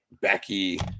Becky